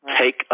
Take